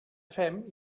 fem